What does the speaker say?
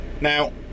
Now